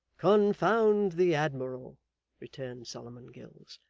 confound the admiral returned solomon gills.